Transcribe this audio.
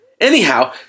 Anyhow